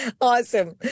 Awesome